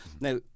Now